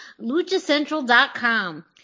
luchacentral.com